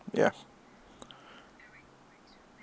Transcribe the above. ya